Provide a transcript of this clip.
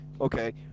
Okay